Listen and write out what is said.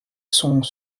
sont